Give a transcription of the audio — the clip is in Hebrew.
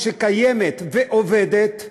שקיימת ועובדת,